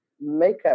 makeup